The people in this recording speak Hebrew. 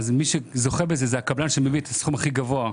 מי שזוכה בזה זה הקבלן שמביא את הסכום הכי גבוה,